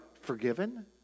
forgiven